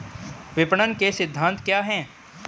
विपणन के सिद्धांत क्या हैं?